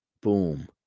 boom